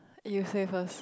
you save us